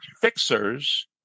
fixers